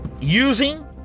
Using